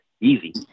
Easy